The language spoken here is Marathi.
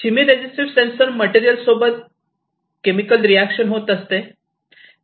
चीमी रेझीटीव्ह सेन्सर मटेरियल सोबत केमिकल रिएक्शन होत असते